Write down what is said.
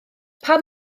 pam